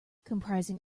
comprising